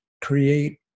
create